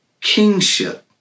kingship